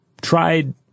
tried